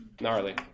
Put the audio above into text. gnarly